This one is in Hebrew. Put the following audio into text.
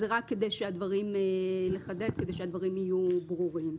זה רק כדי לחדד, כדי שהדברים יהיו ברורים.